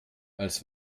als